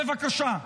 בבקשה.